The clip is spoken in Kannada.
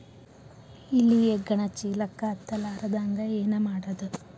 ಇಲಿ ಹೆಗ್ಗಣ ಚೀಲಕ್ಕ ಹತ್ತ ಲಾರದಂಗ ಏನ ಮಾಡದ?